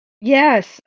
Yes